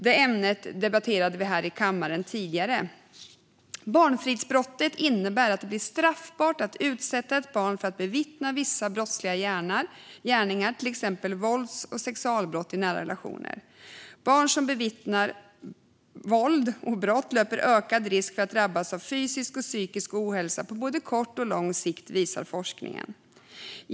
Det ämnet debatterade vi här i kammaren tidigare i dag. Barnfridsbrottet innebär att det blir straffbart att utsätta ett barn för att bevittna vissa brottsliga gärningar, till exempel vålds och sexualbrott i nära relationer. Barn som bevittnar sådana brott löper ökad risk för att drabbas av fysisk och psykisk ohälsa på både kort och lång sikt, visar forskningen.